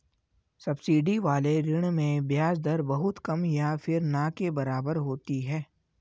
subsidy वाले ऋण में ब्याज दर बहुत कम या फिर ना के बराबर होती है